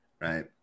right